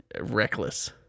reckless